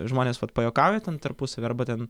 žmonės vat pajuokauja ten tarpusavy arba ten